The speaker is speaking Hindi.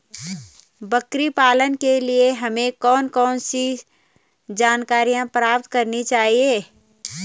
बकरी पालन के लिए हमें कौन कौन सी जानकारियां प्राप्त करनी चाहिए?